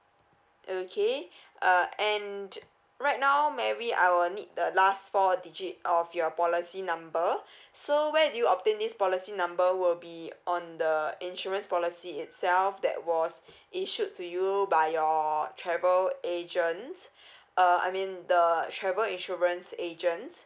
okay uh and right now mary I will need the last four digit of your policy number so where do you obtain this policy number will be on the insurance policy itself that was issued to you by your travel agents uh I mean the the travel insurance agent